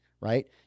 Right